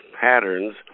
patterns